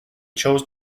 chose